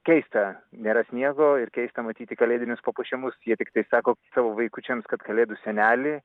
keista nėra sniego ir keista matyti kalėdinius papuošimus jie tiktai sako savo vaikučiams kad kalėdų senelį